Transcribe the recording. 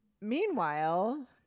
meanwhile